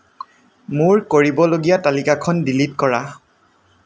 মোৰ কৰিবলগীয়া তালিকাখন ডিলিট কৰা